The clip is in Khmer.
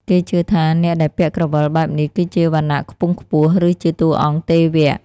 គេជឿថាអ្នកដែលពាក់ក្រវិលបែបនេះគឺជាវណ្ណៈខ្ពង់ខ្ពស់ ឬជាតួអង្គទេវៈ។